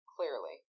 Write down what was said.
Clearly